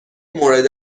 مورد